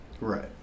Right